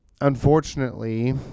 Unfortunately